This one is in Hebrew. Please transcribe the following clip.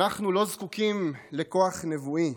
אנחנו לא זקוקים לכוח נבואי,